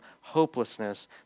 hopelessness